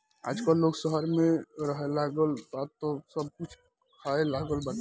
आजकल लोग शहर में रहेलागल बा तअ सब कुछ खाए लागल बाटे